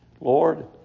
Lord